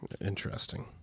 Interesting